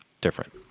different